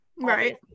Right